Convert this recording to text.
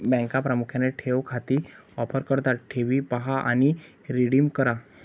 बँका प्रामुख्याने ठेव खाती ऑफर करतात ठेवी पहा आणि रिडीम करा